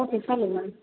okay चालेल ma'am